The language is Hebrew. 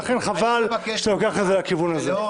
ולכן חבל שאתה לוקח את זה לכיוון הזה.